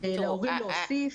להורים להוסיף.